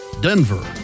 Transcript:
Denver